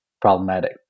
problematic